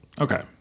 Okay